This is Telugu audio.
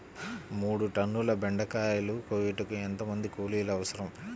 మూడు టన్నుల బెండకాయలు కోయుటకు ఎంత మంది కూలీలు అవసరం?